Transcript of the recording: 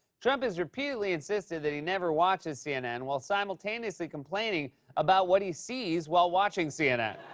trump has repeatedly insisted that he never watches cnn while simultaneously complaining about what he sees while watching cnn.